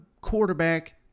quarterback